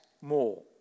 more